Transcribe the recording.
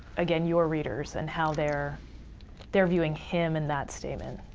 again, your readers and how they're they're viewing him in that statement.